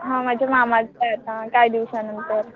हां माझ्या मामाचं आहे आता काय दिवसा नंतर